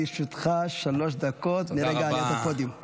לרשותך, שלוש דקות מרגע עלייתך לפודיום.